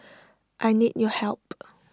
I need your help